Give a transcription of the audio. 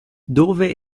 dove